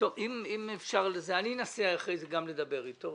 אני אנסה אחרי כן לדבר איתו,